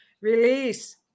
Release